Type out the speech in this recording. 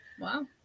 Wow